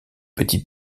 petit